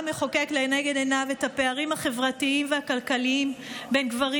המחוקק לנגד עיניו את הפערים החברתיים והכלכליים בין גברים